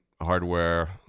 hardware